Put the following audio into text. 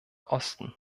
osten